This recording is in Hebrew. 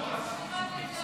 לא נתקבלה.